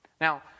Now